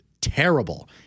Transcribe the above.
terrible